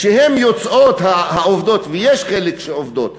הן יוצאות, העובדות, ויש חלק שיוצאות מ-05:00,